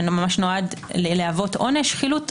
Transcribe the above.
שממש נועד להוות עונש חילוט,